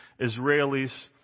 Israelis